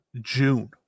June